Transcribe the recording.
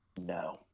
No